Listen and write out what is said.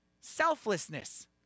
selflessness